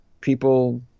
people